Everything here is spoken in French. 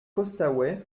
costaouët